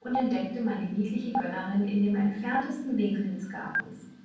und entdeckte meine niedliche gönnerin in dem entferntesten winkel des gartens